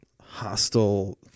hostile